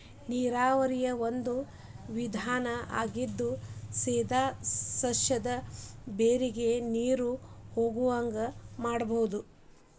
ನೇರಾವರಿಯ ಒಂದು ವಿಧಾನಾ ಆಗಿದ್ದು ಸೇದಾ ಸಸ್ಯದ ಬೇರಿಗೆ ನೇರು ಹೊಗುವಂಗ ಮಾಡುದು